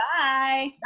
Bye